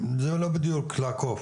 טוב לא בדיוק לעקוב,